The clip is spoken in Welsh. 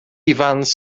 ifans